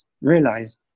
realize